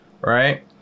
right